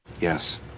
Yes